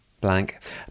blank